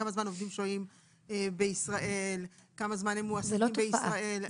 עובדים שוהים בישראל, כמה זמן הם מועסקים בישראל?